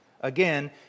again